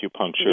acupuncture